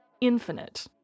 infinite